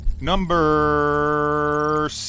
Number